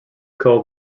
called